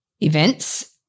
events